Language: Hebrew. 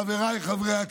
חבריי חברי הכנסת: